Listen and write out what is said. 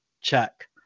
check